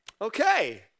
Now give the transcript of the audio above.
Okay